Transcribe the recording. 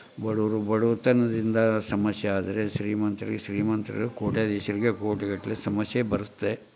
ಬಡವ್ರು ಬಡತನದಿಂದ ಸಮಸ್ಯೆ ಆದರೆ ಶ್ರೀಮಂತ್ರಿಗೆ ಶ್ರೀಮಂತ್ರ ಕೋಟ್ಯಾಧೀಶನಿಗೆ ಕೋಟಿಗಟ್ಟಲೆ ಸಮಸ್ಯೆ ಬರತ್ತೆ